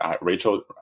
Rachel